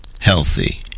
healthy